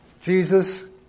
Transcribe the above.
Jesus